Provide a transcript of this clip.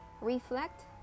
reflect